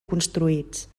construïts